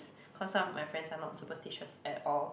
cause some of my friends are not superstitious at all